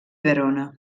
verona